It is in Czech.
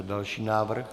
Další návrh.